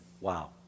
wow